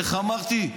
איך אמרתי?